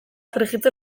frijitzen